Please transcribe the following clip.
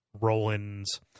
Roland's